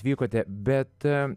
atvykote bet